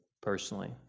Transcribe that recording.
personally